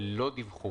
אותה רוח.